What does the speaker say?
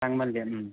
ꯇꯥꯡꯃꯜꯂꯦ ꯎꯝ